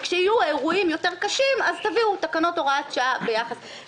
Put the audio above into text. וכשיהיו אירועים קשים יותר אז תביאו תקנות הוראת שעה ביחס לכך.